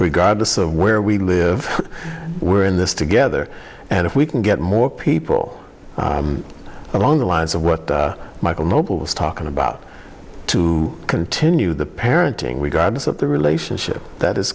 regardless of where we live we're in this together and if we can get more people along the lines of what michael noble was talking about to continue the parenting regardless of the relationship that is